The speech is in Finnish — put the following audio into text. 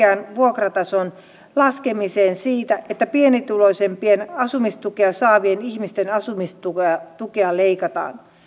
vuokratason laskemiseen sitä että pienituloisimpien asumistukea saavien ihmisten asumistukea leikataan